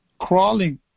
crawling